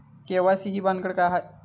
KYC ही भानगड काय?